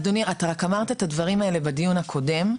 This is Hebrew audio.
אדוני, אתה רק אמרת את הדברים האלה בדיון הקודם.